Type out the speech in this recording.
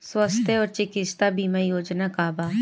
स्वस्थ और चिकित्सा बीमा योजना का बा?